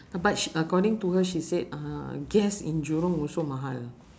but sh~ according to her she said uh gas in jurong also mahal